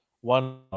one